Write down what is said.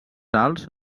alts